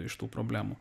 iš tų problemų